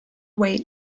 weight